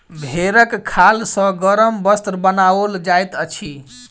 भेंड़क खाल सॅ गरम वस्त्र बनाओल जाइत अछि